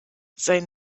sein